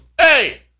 Hey